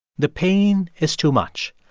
the pain is too much,